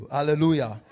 Hallelujah